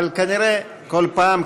אבל כנראה כל פעם,